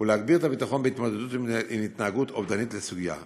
ולהגביר את הביטחון בהתמודדות עם התנהגות אובדנית לסוגיה.